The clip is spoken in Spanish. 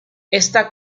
esta